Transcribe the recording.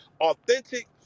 authentic